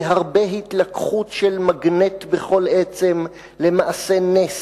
בהרבה התלקחות של מגנט בכל עצם/ למעשה נס,